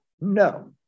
No